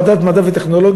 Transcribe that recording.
ועדת המדע והטכנולוגיה,